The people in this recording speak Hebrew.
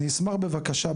אני אשמח בבקשה,